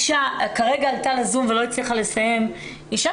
כרגע עלתה לזום ולא הצליחה לסיים אישה